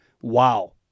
wow